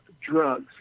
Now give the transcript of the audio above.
drugs